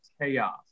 chaos